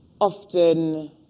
often